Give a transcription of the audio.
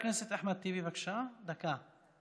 חבר הכנסת אחמד טיבי, בבקשה, דקה.